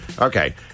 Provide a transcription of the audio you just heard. Okay